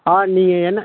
ஆ நீங்கள் என்ன